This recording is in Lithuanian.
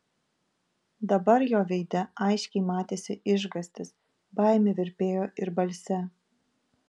dabar jo veide aiškiai matėsi išgąstis baimė virpėjo ir balse